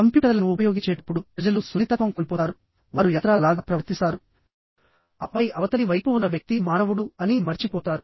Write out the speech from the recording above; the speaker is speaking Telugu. కంప్యూటర్లను ఉపయోగించేటప్పుడు ప్రజలు సున్నితత్వం కోల్పోతారు వారు యంత్రాల లాగా ప్రవర్తిస్తారు ఆపై అవతలి వైపు ఉన్న వ్యక్తి మానవుడు అని మర్చిపోతారు